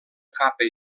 capa